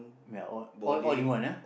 I mean all all all in one ah